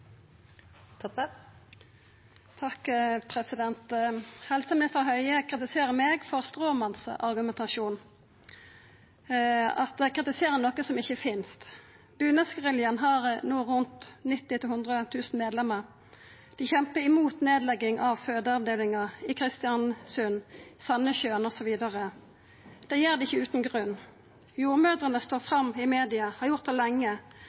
Helseminister Høie kritiserer meg for stråmannsargumentasjon – at eg kritiserer noko som ikkje finst. Bunadsgeriljaen har no rundt 90 000–100 000 medlemer. Dei kjempar imot nedlegging av fødeavdelinga i Kristiansund, Sandnessjøen osv. Det gjer dei ikkje utan grunn. Jordmødrene står fram i media, har gjort det lenge